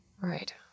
Right